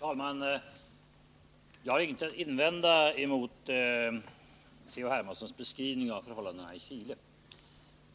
Herr talman! Jag har inget att invända mot C.-H. Hermanssons beskrivning av förhållandena i Chile.